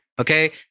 Okay